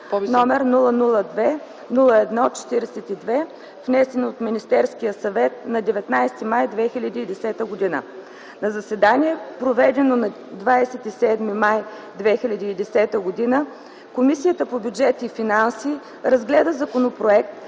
№ 002-01-42, внесен от Министерския съвет на19 май 2010 г. На заседание, проведено на 27 май 2010 г., Комисията по бюджет и финанси разгледа Законопроекта